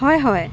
হয় হয়